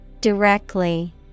directly